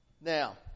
Now